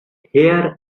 here